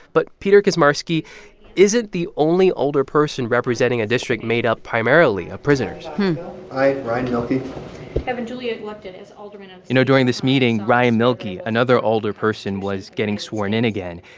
but peter kaczmarski isn't the only alderperson representing a district made up primarily of prisoners i, ryan mielke kevin, julia lucten is alderman. you know, during this meeting, ryan mielke, another alderperson, was getting sworn in again.